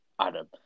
Adam